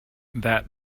that